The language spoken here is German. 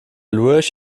lurch